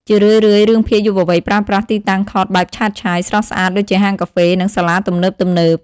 ជារឿយៗ រឿងភាគយុវវ័យប្រើប្រាស់ ទីតាំងថតបែបឆើតឆាយ ស្រស់ស្អាតដូចជាហាងកាហ្វេ និងសាលាទំនើបៗ។